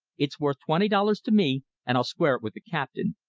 it's worth twenty dollars to me, and i'll square it with the captain.